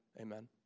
Amen